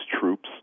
troops